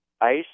ice